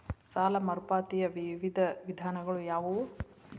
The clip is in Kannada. ಸಾಲ ಮರುಪಾವತಿಯ ವಿವಿಧ ವಿಧಾನಗಳು ಯಾವುವು?